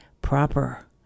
proper